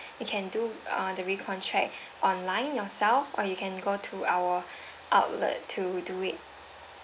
you can do uh the re-contract online yourself or you can go to our outlet to do it